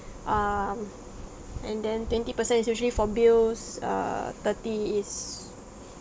um and then twenty per cent is usually for bills err thirty is